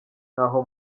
n’aho